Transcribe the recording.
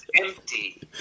empty